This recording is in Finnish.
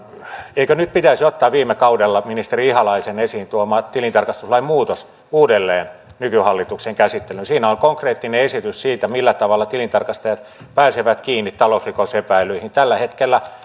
eikö nyt pitäisi ottaa viime kaudella ministeri ihalaisen esiin tuoma tilintarkastuslain muutos uudelleen nykyhallituksen käsittelyyn siinä on konkreettinen esitys siitä millä tavalla tilintarkastajat pääsevät kiinni talousrikosepäilyihin tällä hetkellä